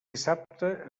dissabte